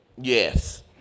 Yes